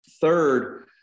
Third